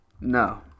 No